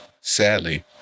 sadly